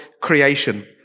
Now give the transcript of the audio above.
creation